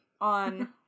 on